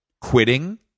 quitting